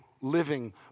living